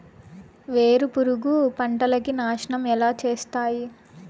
వేరుపురుగు పంటలని నాశనం ఎలా చేస్తాయి?